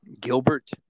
Gilbert